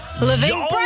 Living